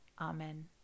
Amen